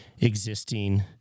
existing